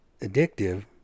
addictive